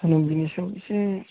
बेनि सायाव एसे